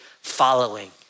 following